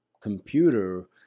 computer